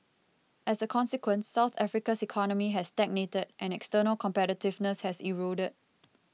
as a consequence South Africa's economy has stagnated and external competitiveness has eroded